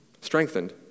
Strengthened